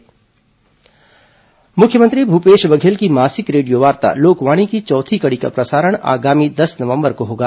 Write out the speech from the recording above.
लोकवाणी मुख्यमंत्री भूपेश बघेल की मासिक रेडियोवार्ता लोकवाणी की चौथी कड़ी का प्रसारण आगामी दस नवम्बर को होगा